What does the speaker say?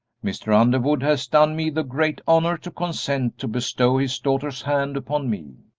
mr. underwood has done me the great honor to consent to bestow his daughter's hand upon me,